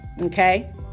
Okay